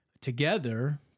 Together